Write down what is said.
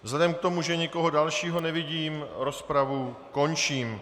Vzhledem k tomu, že nikoho dalšího nevidím, rozpravu končím.